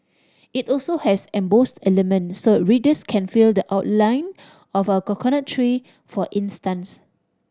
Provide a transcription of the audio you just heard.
it also has embossed elements so readers can feel the outline of a coconut tree for instance